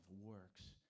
works